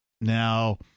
Now